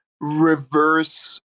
reverse